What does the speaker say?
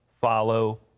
follow